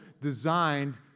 designed